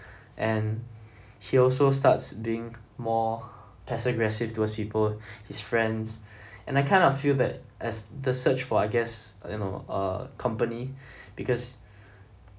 and he also starts being more passive aggressive towards people his friends and I kind of feel that as the search for I guess uh you know uh company because